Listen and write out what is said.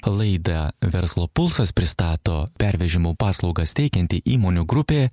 laidą verslo pulsas pristato pervežimo paslaugas teikianti įmonių grupė